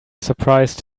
surprise